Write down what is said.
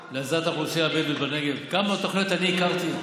האוכלוסייה הבדואית בנגב, כמה תוכניות אני הכרתי,